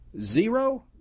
zero